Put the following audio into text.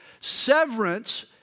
Severance